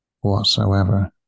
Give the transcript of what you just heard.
whatsoever